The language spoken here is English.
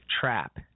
trap